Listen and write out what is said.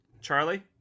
charlie